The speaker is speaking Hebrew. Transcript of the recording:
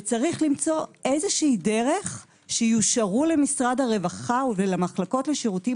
וצריך למצוא איזושהי דרך שיאושרו למשרד הרווחה ולמחלקות לשירותים